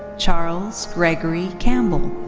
charles gregory campbell.